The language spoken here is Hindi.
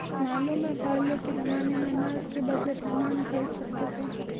मालूम है पहले के जमाने में अनाज के बदले सामान खरीद सकते थे